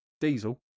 diesel